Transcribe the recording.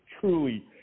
truly